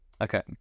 Okay